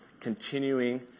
continuing